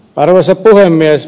arvoisa puhemies